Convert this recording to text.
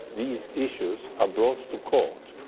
these issues are brought to court,